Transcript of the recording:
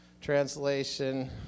translation